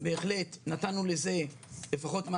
למעשה ה-188% עלה להיות 5,641 והכפל השר"מ לא מכפילה